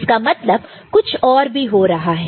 इसका मतलब कुछ और भी हो रहा है